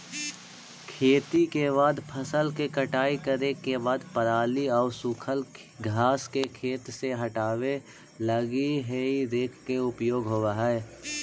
खेती के बाद फसल के कटाई करे के बाद पराली आउ सूखल घास के खेत से हटावे लगी हेइ रेक के उपयोग होवऽ हई